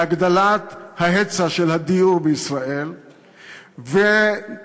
בהגדלת ההיצע של הדיור בישראל ובהפחתת